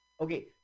Okay